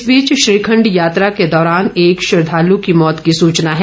इस बीच श्रीखण्ड यात्रा के दौरान एक श्रद्वालु की मौत की सूचना है